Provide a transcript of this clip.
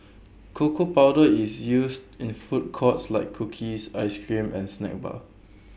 cocoa powder is used in food cost like cookies Ice Cream and snack bars